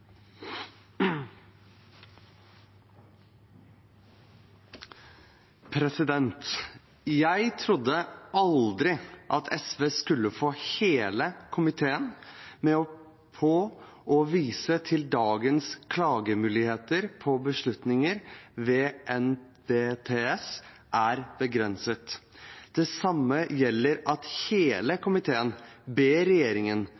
livskvalitetsundersøking. Jeg trodde aldri at SV skulle få hele komiteen med på å vise til at dagens klagemuligheter på beslutninger ved NBTS er begrenset. Det samme gjelder at hele komiteen ber regjeringen